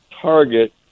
target